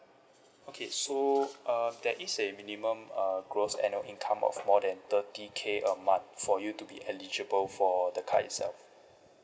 okay so uh there is a minimum uh gross annual income of more than thirty K a month for you to be eligible for the card itself